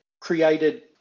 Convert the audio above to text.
created